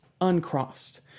uncrossed